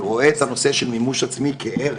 ורואה את הנושא של מימוש עצמי כערך,